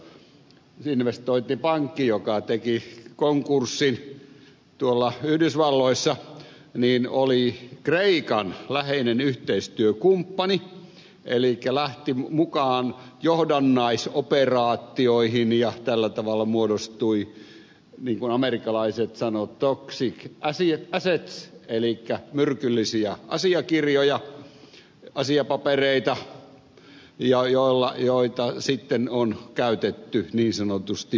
elikkä investointipankki lehman brothers joka teki konkurssin yhdysvalloissa oli kreikan läheinen yhteistyökumppani elikkä lähti mukaan johdannaisoperaatioihin ja tällä tavalla muodostui niin kuin amerikkalaiset sanovat toxic assets elikkä myrkyllisiä asiakirjoja asiapapereita joita sitten on käytetty niin sanotusti väärin